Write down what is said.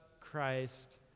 Christ